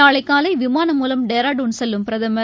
நாளைகாலைவிமானம் மூலம் டேராடுள் செல்லும் பிரதமர்